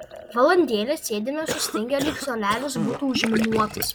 valandėlę sėdime sustingę lyg suolelis būtų užminuotas